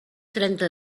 trenta